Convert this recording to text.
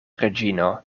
reĝino